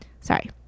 Sorry